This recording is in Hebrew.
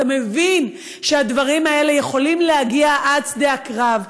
אתה מבין שהדברים האלה יכולים להגיע עד שדה הקרב.